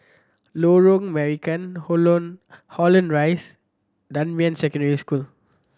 Lorong Marican Holland Rise and Dunman Secondary School